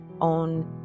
own